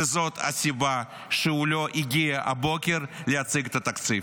וזו הסיבה שהוא לא הגיע הבוקר להציג את התקציב,